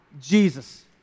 Jesus